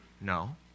No